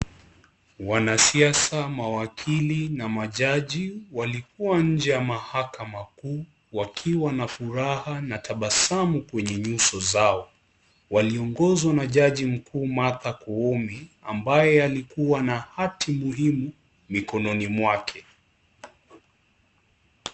Wanasiasa, mawakili na majaji walikuwa nje ya mahakama kuu, wakiwa na furaha na tabasamu kwenye nyuso zao. Waliongozwa na jaji mkuu Martha Koome ambaye alikuwa na hati muhumu mikononi mwake.